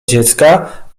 dziecka